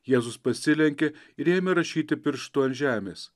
jėzus pasilenkė ir ėmė rašyti pirštu ant žemės